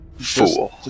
Fool